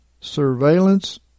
surveillance